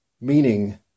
Meaning